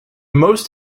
most